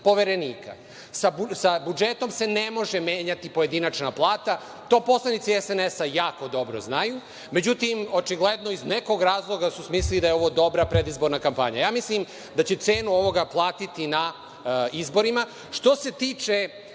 Sa budžetom se ne može menjati pojedinačna plata. To poslanici SNS jako dobro znaju.Međutim, očigledno iz nekog razloga su izmislili da je ovo dobra predizborna kampanja. Ja mislim da će cenu ovog platiti na izborima. Što